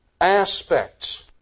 aspects